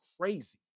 crazy